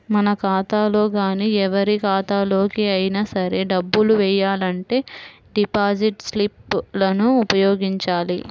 మన ఖాతాలో గానీ ఎవరి ఖాతాలోకి అయినా సరే డబ్బులు వెయ్యాలంటే డిపాజిట్ స్లిప్ లను ఉపయోగించాలి